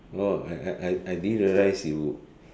oh I I I I didn't realize you